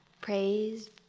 praise